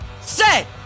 Set